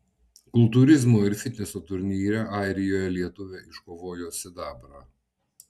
kultūrizmo ir fitneso turnyre airijoje lietuvė iškovojo sidabrą